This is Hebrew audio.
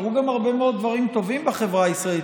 קרו גם הרבה מאוד דברים טובים בחברה הישראלית,